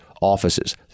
offices